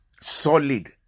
Solid